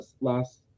last